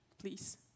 Please